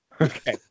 okay